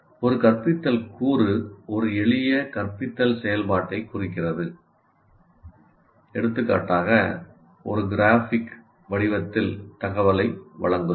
ஒரு கற்பித்தல் கூறு ஒரு எளிய கற்பித்தல் செயல்பாட்டைக் குறிக்கிறது எடுத்துக்காட்டாக ஒரு கிராஃபிக் வடிவத்தில் தகவலை வழங்குதல்